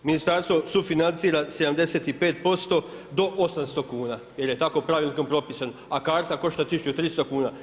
Ministarstvo sufinancira 75% do 800 kuna, jer je tako pravilnikom propisano a karta košta 1300 kuna.